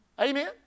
Amen